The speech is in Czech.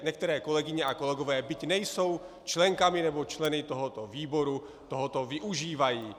Některé kolegyně a kolegové, byť nejsou členkami nebo členy tohoto výboru, tohoto využívají.